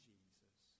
Jesus